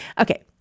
Okay